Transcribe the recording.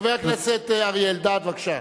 חבר הכנסת אריה אלדד, בבקשה.